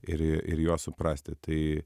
ir ir juos suprasti tai